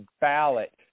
ballot